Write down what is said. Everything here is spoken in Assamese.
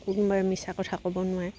কোনোবাই মিছা কথা ক'ব নোৱাৰে